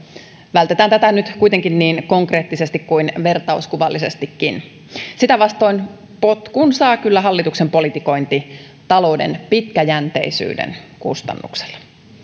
vältetään tätä nyt kuitenkin niin konkreettisesti kuin vertauskuvallisestikin sitä vastoin potkun saa kyllä hallituksen politikointi talouden pitkäjänteisyyden kustannuksella